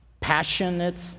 passionate